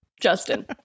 Justin